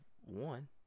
one